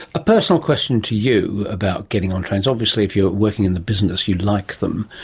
a personal question to you about getting on trains, obviously if you're working in the business you'd like them.